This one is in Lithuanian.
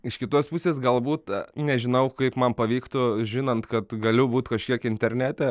iš kitos pusės galbūt nežinau kaip man pavyktų žinant kad galiu būt kažkiek internete